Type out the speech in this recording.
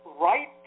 right